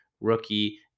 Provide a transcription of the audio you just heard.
rookie